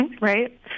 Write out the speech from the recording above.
Right